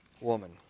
woman